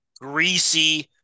greasy